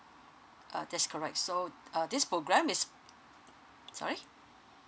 uh that's correct so uh this program is sorry